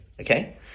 Okay